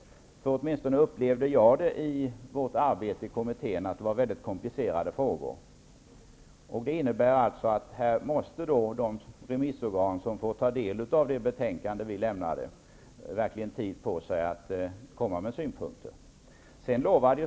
I vårt arbete i kommittén upplevde åtminstone jag att det var mycket komplicerade frågor. Det innebär alltså att de remissorgan som får ta del av det betänkande vi lämnat verkligen måste ha tid på sig att komma med synpunkter.